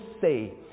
say